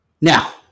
Now